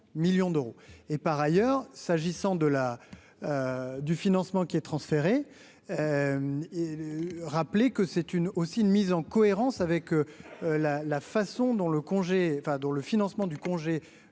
millions d'euros, et par ailleurs s'agissant de la du financement qui est transféré, rappeler que c'est une aussi une mise en cohérence avec la la façon dont le congé